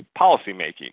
policymaking